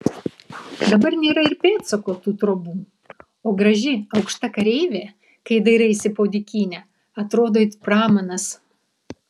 dabar nėra ir pėdsako tų trobų o graži aukšta kareivė kai dairaisi po dykynę atrodo it pramanas